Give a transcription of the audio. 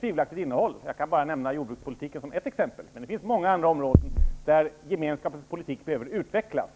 tvivelaktig. Jordbrukspolitiken kan nämnas som ett exempel, men det finns många andra områden där Europeiska gemenskapens politik behöver utvecklas.